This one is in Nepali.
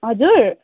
हजुर